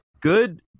Good